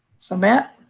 so, matt?